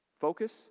focus